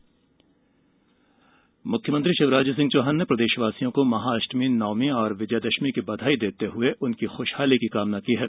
मुख्यमंत्री बधाई मुख्यमंत्री शिवराज सिंह चौहान ने प्रदेशवासियों को महाअष्टमी नवमीं और विजयादशमी की बधाई देते हुए उनकी खूशहाली की कामना की हैं